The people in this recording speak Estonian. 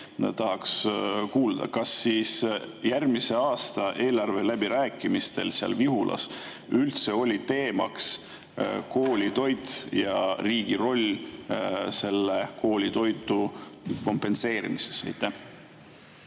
tahaks kuulda. Kas siis järgmise aasta eelarve läbirääkimistel seal Vihulas üldse oli teemaks koolitoit ja riigi roll koolitoidu kompenseerimises?